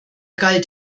galt